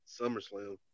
SummerSlam